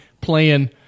playing –